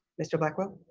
mr. blackwell?